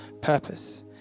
purpose